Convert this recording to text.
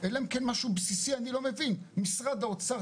אלא אם כן אני לא מבין משהו בסיסי,